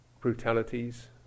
brutalities